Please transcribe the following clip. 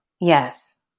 yes